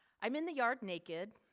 i'm in the yard naked.